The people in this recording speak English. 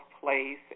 place